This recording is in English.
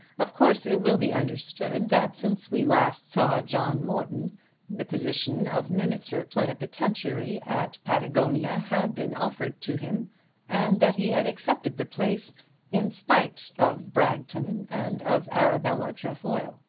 of course it will be understood that since we last saw john morton the position of minister plenipotentiary at patagonia had been offered to him and that he had accepted the place in spite of bragton and of arabella trefoil.